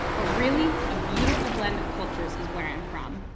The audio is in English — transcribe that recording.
but really, a beautiful blend of cultures is where i'm from.